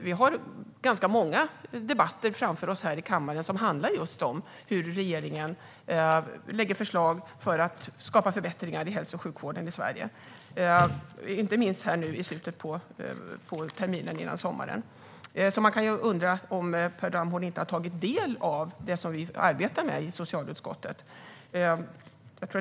Vi har ganska många debatter framför oss här i kammaren som handlar just om hur regeringen lägger fram förslag för att skapa förbättringar i hälso och sjukvården i Sverige, inte minst här nu i slutet på terminen före sommaren. Man kan undra om Per Ramhorn inte har tagit del av det som vi arbetar med i socialutskottet.